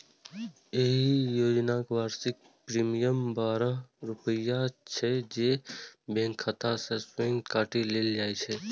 एहि योजनाक वार्षिक प्रीमियम बारह रुपैया छै, जे बैंक खाता सं स्वतः काटि लेल जाइ छै